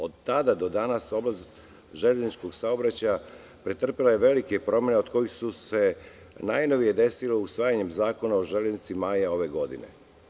Od tada do danas oblast železničkog saobraćaja pretrpela je velike promene od kojih su se najnovije desile usvajanjem Zakona o železnici maja ove godine.